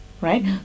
right